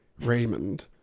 Raymond